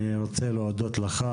אני רוצה להודות לך,